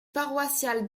paroissiale